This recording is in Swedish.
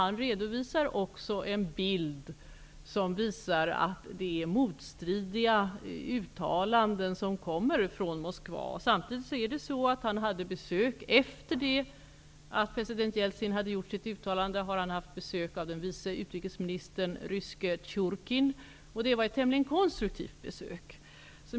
Han redovisar en bild av att de uttalanden som kommer från Moskva är motstridiga. Efter det att president Jeltsin hade gjort sitt uttalande har han haft besök av den ryske vice utrikesministern Tjurkin, och det var ett tämligen konstruktivt besök.